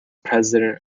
president